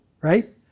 right